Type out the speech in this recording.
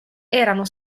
erano